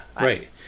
right